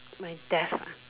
my death ah